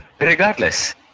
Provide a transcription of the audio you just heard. Regardless